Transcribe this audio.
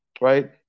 right